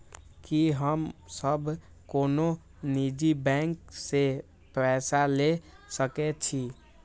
की हम सब कोनो निजी बैंक से पैसा ले सके छी?